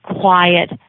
quiet